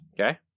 Okay